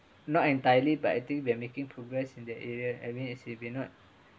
not entirely but I think we're making progress in the area I mean is if they did not